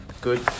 Good